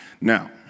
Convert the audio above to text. Now